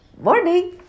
morning